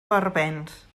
barbens